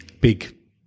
big